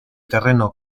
terreno